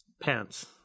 Pants